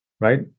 right